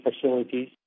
facilities